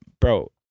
bro